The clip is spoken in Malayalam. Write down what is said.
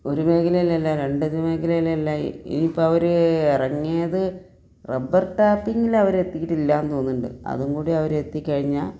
ഒരു മേഖലയിൽ അല്ല രണ്ട് മേഖലയിൽ അല്ല ഇനി ഇപ്പം അവർ ഇറങ്ങിയത് റബ്ബർ ടാപ്പിങ്ങിൽ അവർ എത്തിയിട്ടില്ല എന്ന് തോന്നുന്നുണ്ട് അതും കൂടി അവർ എത്തിക്കഴിഞ്ഞാൽ